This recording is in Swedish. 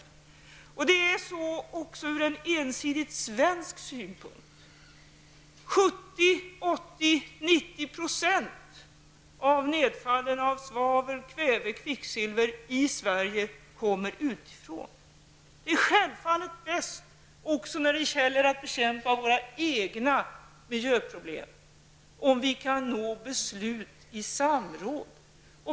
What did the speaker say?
Detsamma gäller från en ensidigt svensk synpunkt. 70, 80 och kanske upp till 90 % av nedfallen av svavel, kväve och kvicksilver i Sverige kommer utifrån. När det gäller att bekämpa våra egna miljöproblem är det självfallet också bäst om vi kan nå beslut i samråd.